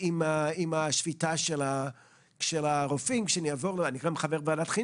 אם נלך לנורווגים 84 אחוז כלי רכב חשמליים שנמכרו בשנה האחרונה.